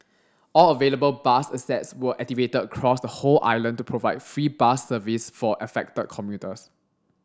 all available bus assets were activated across the whole island to provide free bus service for affected commuters